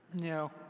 No